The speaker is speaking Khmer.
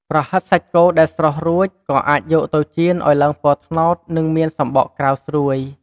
ប្រហិតសាច់គោដែលស្រុះរួច ក៏អាចយកទៅចៀនឱ្យឡើងពណ៌ត្នោត និងមានសំបកក្រៅស្រួយ។